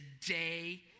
today